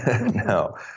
No